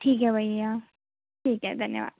ठीक है भैया ठीक है धन्यवाद